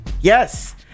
Yes